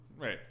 right